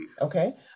Okay